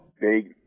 big